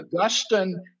Augustine